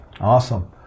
Awesome